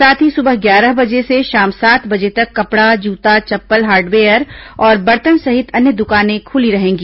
साथ ही सुबह ग्यारह बजे से शाम सात बजे तक कपड़ा जूता चप्पल हार्डवेयर और बर्तन सहित अन्य दुकानें खुली रहेंगी